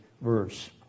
verse